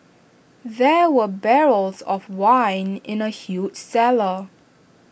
there were barrels of wine in the huge cellar